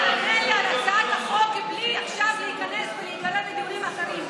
תענה לי על הצעת החוק בלי להיכנס עכשיו ולהיגרר לדיונים אחרים.